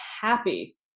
happy